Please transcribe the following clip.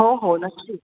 हो हो नक्की